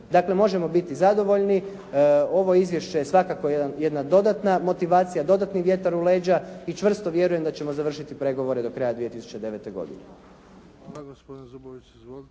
Dakle, možemo biti zadovoljni. Ovo izvješće je svakako jedna dodatna motivacija, dodatni vjetar u leđa i čvrsto vjerujem da ćemo završiti pregovore do kraja 2009. godine.